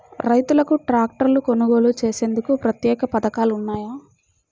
రైతులకు ట్రాక్టర్లు కొనుగోలు చేసేందుకు ప్రత్యేక పథకాలు ఉన్నాయా?